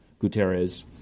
Guterres